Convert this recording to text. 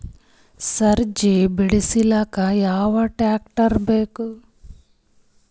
ಸಜ್ಜಿ ಬಿಡಿಸಿಲಕ ಯಾವ ಟ್ರಾಕ್ಟರ್ ಬೇಕ?